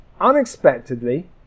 unexpectedly